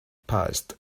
passed